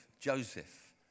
Joseph